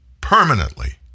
permanently